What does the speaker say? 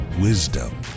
wisdom